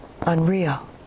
unreal